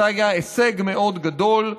זה היה הישג מאוד גדול.